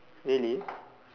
really